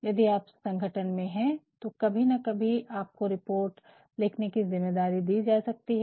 यदि आप संगठन में है तो कभी न कभी आपको रिपोर्ट लिखने कि ज़िम्मेदारी दी जा सकती है